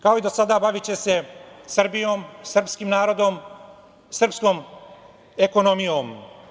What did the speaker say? Kao i do sada, baviće se Srbijom, srpskim narodom, srpskom ekonomijom.